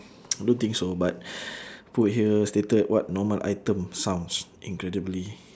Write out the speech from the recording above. don't think so but put here stated what normal item sounds incredibly